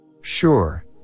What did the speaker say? Sure